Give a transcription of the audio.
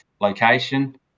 location